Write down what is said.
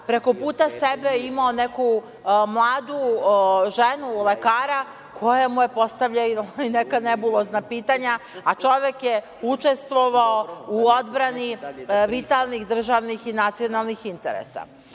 preko puta sebe imao neku mladu ženu, lekara koja mu je postavljala neka nebulozna pitanja, a čovek je učestvovao u odbrani vitalnih državnih i nacionalnih interesa. Sa